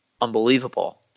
unbelievable